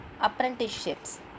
apprenticeships